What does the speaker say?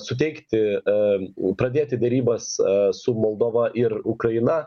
suteikti em pradėti derybas su moldova ir ukraina